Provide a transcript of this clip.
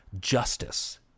justice